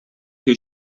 two